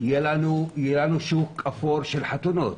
יהיה לנו שוק אפור של חתונות.